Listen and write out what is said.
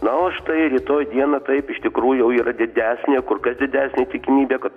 na o štai rytoj dieną taip iš tikrųjų jau yra didesnė kur kas didesnė tikimybė kad